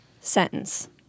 sentence